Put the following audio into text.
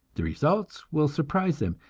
the results will surprise them,